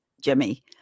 Jimmy